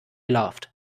laughed